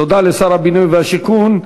תודה לשר הבינוי והשיכון.